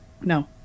no